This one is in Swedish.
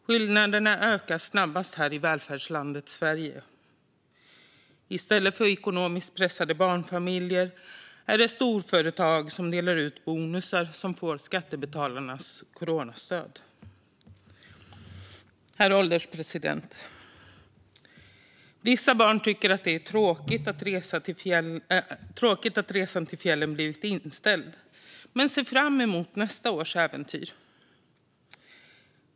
Skillnaderna ökar snabbast här i välfärdslandet Sverige. I stället för ekonomiskt pressade barnfamiljer är det storföretag som delar ut bonusar som får skattebetalarnas coronastöd. Herr ålderspresident! Vissa barn tycker att det är tråkigt att resan till fjällen har blivit inställd men ser fram emot nästa års äventyr.